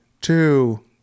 two